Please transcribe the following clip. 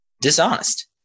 dishonest